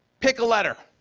pick a letter,